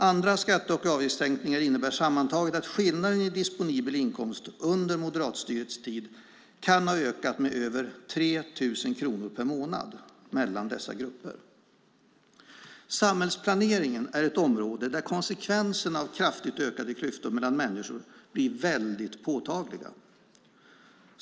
Andra skatte och avgiftssänkningar innebär sammantaget att skillnaderna i disponibel inkomst under moderatstyrets tid kan ha ökat med över 3 000 kronor per månad mellan dessa grupper. Samhällsplanering är ett område där konsekvenserna av kraftigt ökade klyftor mellan människor blir väldigt påtagliga.